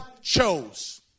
chose